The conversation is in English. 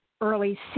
early